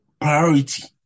priority